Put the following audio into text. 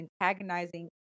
antagonizing